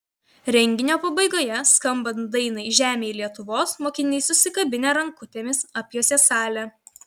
renginio pabaigoje skambant dainai žemėj lietuvos mokiniai susikabinę rankutėmis apjuosė salę